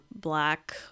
black